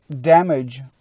damage